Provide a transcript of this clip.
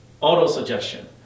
Auto-suggestion